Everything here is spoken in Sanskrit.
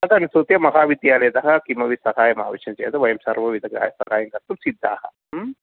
तदनुसृत्य महाविद्यालयतः किमपि साहाय्यम् आवश्यकं चेत् वयं सर्वविधकार्य साहाय्यं कर्तुं सिद्धाः